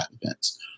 events